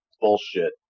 bullshit